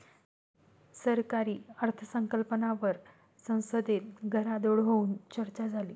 सरकारी अर्थसंकल्पावर संसदेत गदारोळ होऊन चर्चा झाली